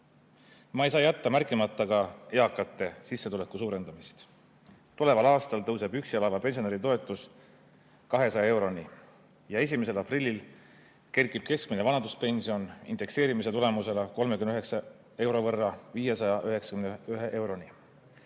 ei saa jätta märkimata ka eakate sissetuleku suurendamist. Tuleval aastal tõuseb üksi elava pensionäri toetus 200 euroni ja 1. aprillil kerkib keskmine vanaduspension indekseerimise tulemusena 39 euro võrra: 591 euroni.